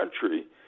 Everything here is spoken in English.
country